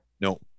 No